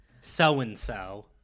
so-and-so